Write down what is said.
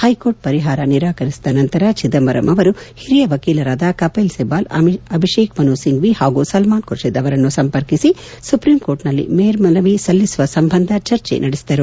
high court ಪರಿಹಾರ ನಿರಾಕರಿಸಿದ ನಂತರ ಚಿದಂಬರಂ ಅವರು ಹಿರಿಯ ವಕೀಲರಾದ ಕಪಿಲ್ ಸಿಬಾಲ್ ಅಭಿಷೇಕ್ ಮನು ಸಿಂಫ್ಟಿ ಹಾಗೂ ಸಲ್ಲಾನ್ ಖುರ್ಷದ್ ಅವರನ್ನು ಸಂಪರ್ಕಿಸಿ ಸುಪ್ರೀಂಕೋರ್ಟ್ನಲ್ಲಿ ಮೇಲ್ನನವಿ ಸಲ್ಲಿಸುವ ಸಂಬಂಧ ಚರ್ಚೆ ನಡೆಸಿದರು